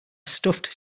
stuffed